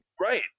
Right